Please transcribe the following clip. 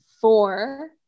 four